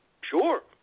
Sure